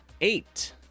eight